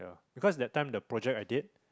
because that time the project I did